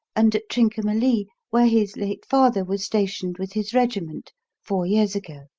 and at trincomalee, where his late father was stationed with his regiment four years ago.